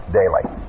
daily